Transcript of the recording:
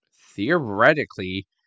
theoretically